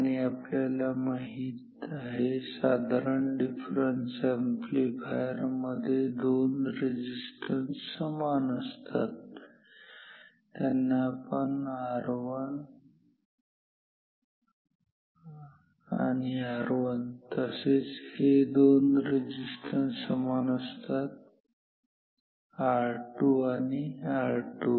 आणि आपल्याला माहिती आहे साधारण डिफरन्स अॅम्प्लीफायर मध्ये हे दोन रेजिस्टन्स समान असतात त्यांना आपण R1 आणि R1 तसेच हे दोन रेजिस्टन्स समान असतात R2 आणि R2